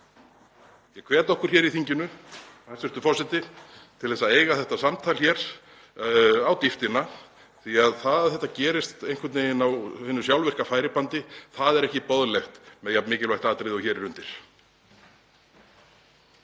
Ég hvet okkur hér í þinginu, hæstv. forseti, til að eiga þetta samtal hér á dýptina því að þetta gerist einhvern veginn á sjálfvirku færibandi og það er ekki boðlegt með jafn mikilvægt atriði og hér er undir.